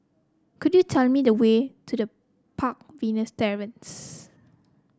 could you tell me the way to the Park Villas Terrace